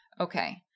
okay